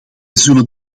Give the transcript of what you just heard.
zullen